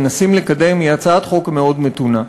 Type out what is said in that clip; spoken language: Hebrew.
מנסים לקדם היא הצעת חוק מאוד מתונה.